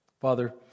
Father